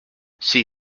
she